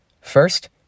First